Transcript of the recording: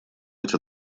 быть